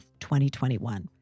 2021